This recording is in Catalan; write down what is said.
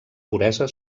puresa